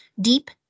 Deep